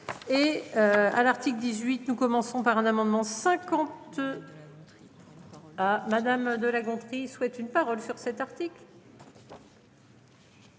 Et. À l'article 18. Nous commençons par un amendement 5 honteux. Madame de La Gontrie souhaite une parole sur cet article.